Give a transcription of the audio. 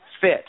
fit